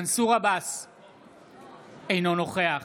אינו נוכח